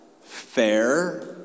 fair